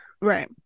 Right